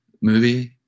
movie